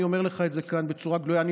אני אומר לך את זה כאן בצורה גלויה: אני